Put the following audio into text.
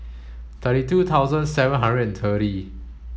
thirty two thousand seven hundred and thirty